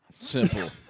Simple